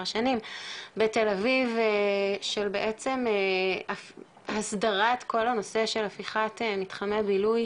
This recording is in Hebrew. שנים בתל אביב של בעצם הסדרת כל הנושא של הפיכת מתחמי הבילוי